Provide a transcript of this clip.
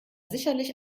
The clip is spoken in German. sicherlich